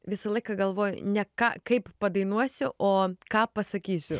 visą laiką galvoju ne ką kaip padainuosiu o ką pasakysiu